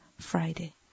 Friday